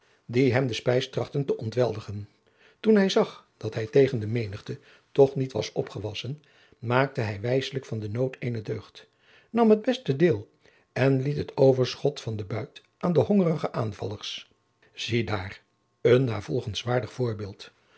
die hem de spijs trachtten te ontweldigen toen hij zag dat hij tegen de menigte toch niet was opgewassen maakte hij wijsselijk van den nood eene deugd nam het beste deel en liet het overschot van den buit aan de hongerige aanvallers ziedaar een navolgenswaardig voorbeeld